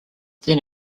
then